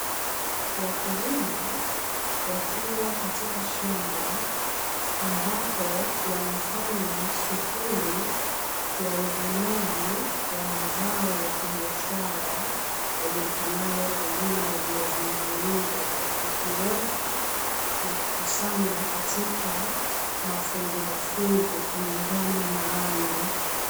Wakulima wakiwa katika shamba ambapo wanafanya shughuli ya uvunaji wa mazao ya kibiashara, yajulikanayo kwa jina la viazi mviringo, kwa kuviweka na kuvikusanya katika mafungu mafungu kulingana na rangi.